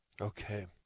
Okay